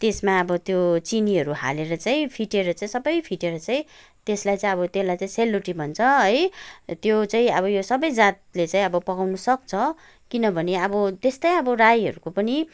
त्यसमा अब त्यो चिनीहरू हालेर चाहिँ फिटेर चाहिँ सबै फिटेर चाहिँ त्यसलाई चाहिँ अब त्यसलाई चाहिँ सेल रोटी भन्छ है त्यो चाहिँ अब यो सबै जातले चाहिँ अब पकाउनु सक्छ किनभने अब त्यस्तै अब राईहरूको पनि